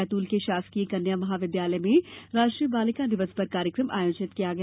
बैतूल के शासकीय कन्या महाविद्यालय में राष्ट्रीय बालिका दिवस पर कार्यक्रम आयोजित किया गया